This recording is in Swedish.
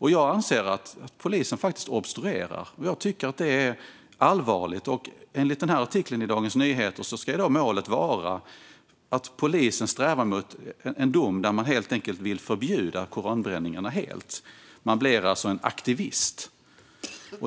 Jag anser att polisen obstruerar. Jag tycker att det är allvarligt. Enligt artikeln i Dagens Nyheter ska målet vara att polisen strävar mot en dom där man vill förbjuda koranbränningarna helt. Man blir alltså en aktivist.